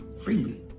freely